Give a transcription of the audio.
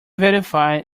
verify